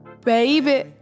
Baby